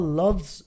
loves